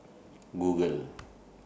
Google